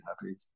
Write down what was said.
happy